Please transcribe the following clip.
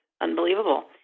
unbelievable